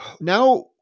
Now